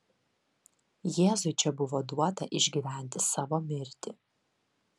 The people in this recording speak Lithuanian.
jėzui čia buvo duota išgyventi savo mirtį